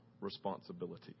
responsibility